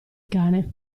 cane